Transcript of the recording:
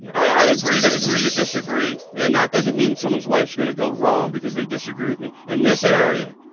yeah i agree to agree to disagree, and that doesn't mean someone's life going to go wrong because they disagree with me. in this area,